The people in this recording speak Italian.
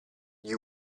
gli